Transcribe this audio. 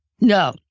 No